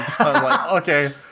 okay